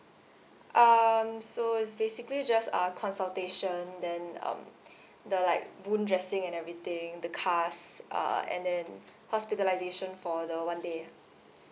um so it's basically just uh consultation then um the like wound dressing and everything the cast uh and then hospitalization for the one day ah